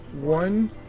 one